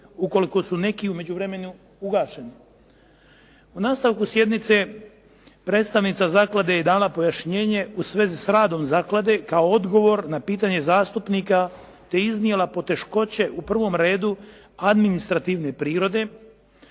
ukoliko su neki u međuvremenu ugašeni. U nastavku sjednice predstavnica zaklade je dala pojašnjenje u svezi s radom zaklade kao odgovor na pitanje zastupnika, te iznijela poteškoće u prvom redu administrativne prirode